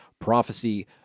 prophecy